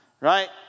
right